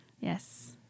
yes